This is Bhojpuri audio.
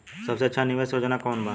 सबसे अच्छा निवेस योजना कोवन बा?